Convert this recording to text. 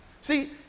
see